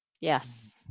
Yes